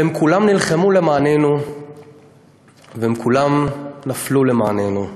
אבל הם כולם נלחמו למעננו וכולם נפלו למעננו.